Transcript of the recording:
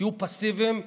תהיו פסיביים,